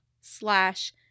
slash